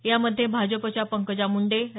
यामध्ये भाजपच्या पंकजा मुंडे प्रा